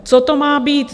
Co to má být.